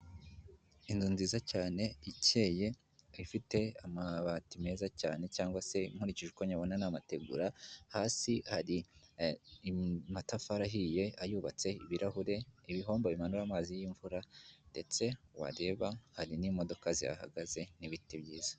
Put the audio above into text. Inzu nziza cyane ikeye ifite amabati meza cyane cyangwa se nkurikije uko nyabona ni amategura hasi hari amatafari ahiye ayubatse, ibirahure, ibihombo bimanura amazi y'imvura ndetse wareba hari n'imodoka zihagaze n'ibiti byiza.